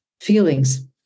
feelings